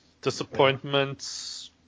disappointments